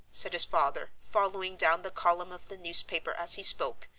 said his father, following down the column of the newspaper as he spoke,